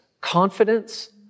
confidence